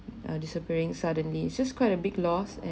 are disappearing suddenly its just quite a big loss and